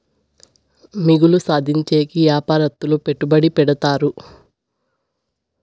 మిగులు సాధించేకి యాపారత్తులు పెట్టుబడి పెడతారు